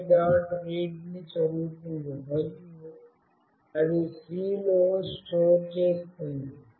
read ని చదువుతోంది మరియు అది c లో స్టోర్ చేస్తుంది